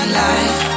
life